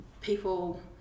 people